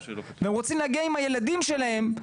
והם רוצים להגיע עם הילדים שלהם,